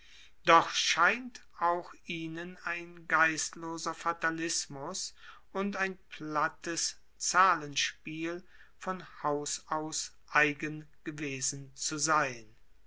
doch scheint auch ihnen ein geistloser fatalismus und ein plattes zahlenspiel von haus aus eigen gewesen zu sein